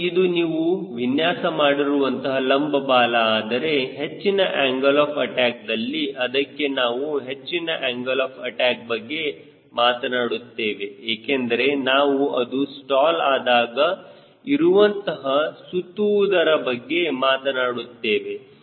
ಮತ್ತು ಇದು ನೀವು ವಿನ್ಯಾಸ ಮಾಡಿರುವಂತಹ ಲಂಬ ಬಾಲ ಆದರೆ ಹೆಚ್ಚಿನ ಆಂಗಲ್ ಆಫ್ ಅಟ್ಯಾಕ್ದಲ್ಲಿ ಅದಕ್ಕೆ ನಾವು ಹೆಚ್ಚಿನ ಆಂಗಲ್ ಆಫ್ ಅಟ್ಯಾಕ್ ಬಗ್ಗೆ ಮಾತನಾಡುತ್ತೇವೆ ಏಕೆಂದರೆ ನಾವು ಅದು ಸ್ಟಾಲ್ ಆದಾಗ ಇರುವಂತಹ ಸುತ್ತುವುದರ ಬಗ್ಗೆ ಮಾತನಾಡುತ್ತೇವೆ